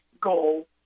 goal